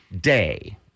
day